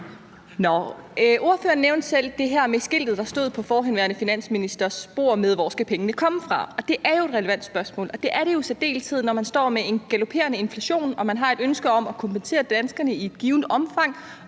Ordføreren nævnte selv det her med skiltet, der stod på en forhenværende finansministers bord, med: Hvor skal pengene komme fra? Det er jo et relevant spørgsmål, og det er det i særdeleshed, når man står med en galoperende inflation og man har et ønske om at kompensere danskerne i et givent omfang